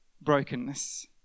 brokenness